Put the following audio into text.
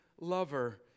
lover